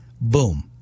Boom